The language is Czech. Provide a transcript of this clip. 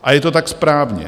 A je to tak správně.